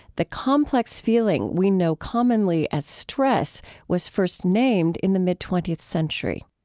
the complex feeling we know commonly as stress was first named in the mid twentieth century